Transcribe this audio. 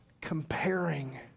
comparing